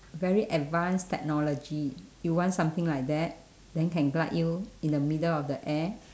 very advanced technology you want something like that then can glide you in the middle of the air